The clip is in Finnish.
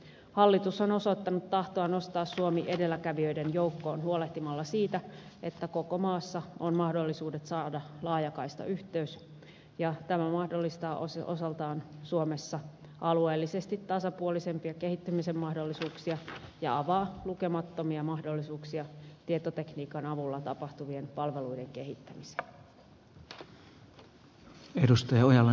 hallitus on osoittanut tahtoa nostaa suomi edelläkävijöiden joukkoon huolehtimalla siitä että koko maassa on mahdollisuudet saada laajakaistayhteys ja tämä mahdollistaa osaltaan suomessa alueellisesti tasapuolisempia kehittämisen mahdollisuuksia ja avaa lukemattomia mahdollisuuksia tietotekniikan avulla tapahtuvien palveluiden kehittämiseen